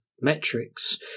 metrics